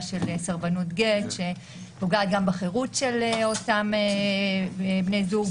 של סרבנות גט שפוגעת גם בחירות של אותם בני זוג,